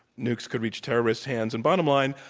nukes could reach terrorists' hands. and, bottom line,